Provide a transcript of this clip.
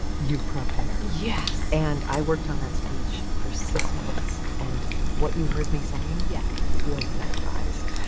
you prepare. yes. and i worked on that speech for six months and what you heard me saying, yes. was memorized.